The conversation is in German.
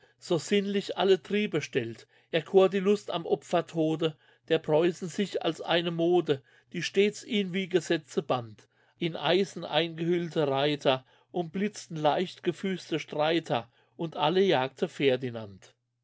so sinnlich alle triebe stellt erkor die lust am opfertode der preußen sich als eine mode die stets ihn wie gesetze band in eisen eingehüllte reiter umblitzten leicht gesüßte streiter und alle jagte